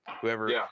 whoever